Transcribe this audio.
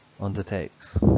undertakes